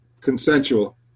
consensual